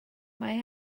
mae